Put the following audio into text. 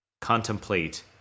contemplate